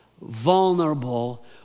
vulnerable